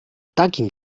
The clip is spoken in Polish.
takim